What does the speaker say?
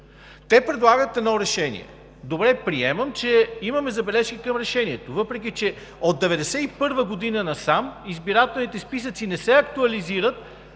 Те предлагат едно решение. Добре, приемам, че имаме забележки към решението, въпреки че от 1991 г. насам избирателите списъци не се актуализират